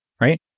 right